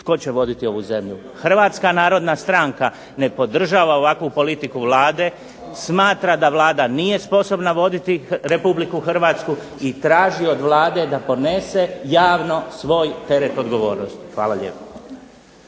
tko će voditi ovu zemlju. Hrvatska narodna stranka ne podržava ovakvu politiku Vlade, smatra da Vlada nije sposobna voditi Republiku Hrvatsku i traži od Vlade da podnese javno svoj teret odgovornosti. Hvala lijepa.